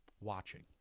watching